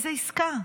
איזו עסקה?